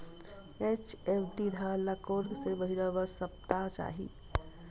HMT धान ल कोन से महिना म सप्ता चाही?